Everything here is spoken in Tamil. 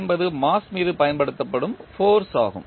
என்பது மாஸ் மீது பயன்படுத்தப்படும் ஃபோர்ஸ் ஆகும்